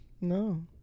No